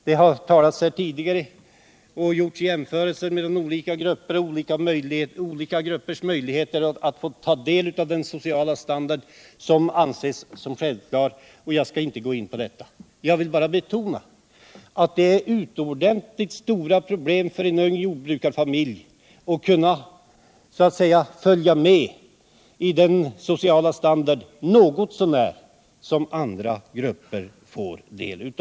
Det har tidigare i debatten gjorts jämförelser mellan olika gruppers möjligheter att få ta del av den sociala standard som anses som självklar, och jag skall därför inte gå närmare in på det. Jag vill bara betona att det är förenat med utomordentligt stora problem för en ung jordbrukarfamilj att något så när följa med i den sociala standardutveckling som andra grupper får del av.